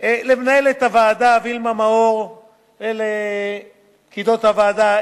למנהלת הוועדה וילמה מאור ולפקידות הוועדה,